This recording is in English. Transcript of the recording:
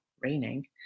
raining